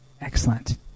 Excellent